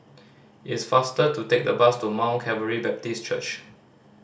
it is faster to take the bus to Mount Calvary Baptist Church